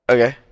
Okay